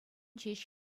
ҫеҫ